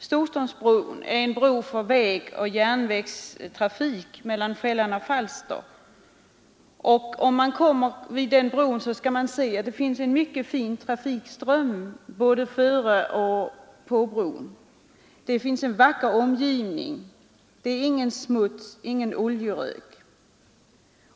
Storströmsbron är en bro för vägoch järnvägstrafik mellan Själland och Falster, och där finner man en mycket fin trafikström både före och på bron. Den har en vacker omgivning, där är ingen smuts, ingen oljerök.